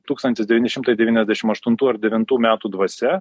tūkstantis devyni šimtai devyniasdešim aštuntų ar devintų metų dvasia